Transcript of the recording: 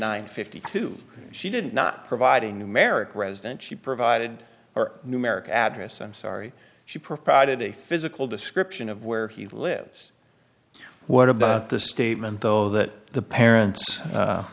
nine fifty two she did not provide a numeric resident she provided or numeric address i'm sorry she provided a physical description of where he lives what about the statement though that the parents